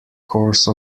course